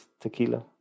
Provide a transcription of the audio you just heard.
tequila